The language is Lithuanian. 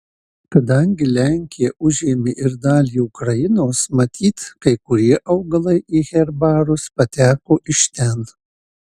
kadangi lenkija užėmė ir dalį ukrainos matyt kai kurie augalai į herbarus pateko iš ten